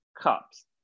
cups